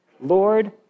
Lord